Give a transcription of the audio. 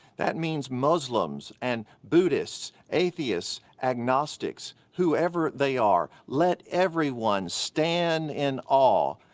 that means muslims and buddhists, atheists, agnostics, whoever they are, let everyone stand in awe.